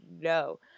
no